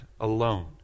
alone